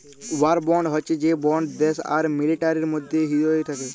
war bond হচ্যে সে bond দ্যাশ আর মিলিটারির মধ্যে হ্য়েয় থাক্যে